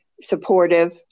supportive